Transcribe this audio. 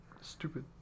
Stupid